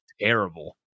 terrible